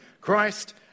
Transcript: Christ